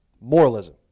Moralism